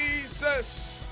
Jesus